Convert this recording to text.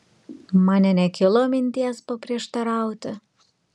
man nė nekilo minties paprieštarauti